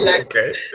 Okay